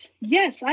Yes